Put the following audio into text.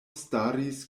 staris